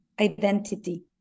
identity